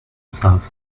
serves